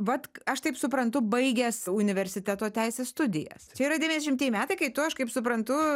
vat aš taip suprantu baigęs universiteto teisės studijas čia yra devyniasdešimtieji metai kai tu aš kaip suprantu